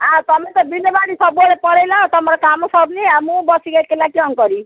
ଆଉ ତୁମେ ତ ବିଲବାଡ଼ି ସବୁବେଳେ ପଳେଇଲ ତୁମର କାମ ସରୁନି ଆଉ ମୁଁ ବସିକି ଏକଲା କିଅଣ କରିବି